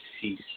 cease